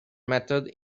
method